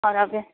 और आगे